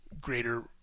greater